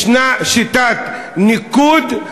ישנה שיטת ניקוד,